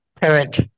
parent